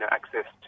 access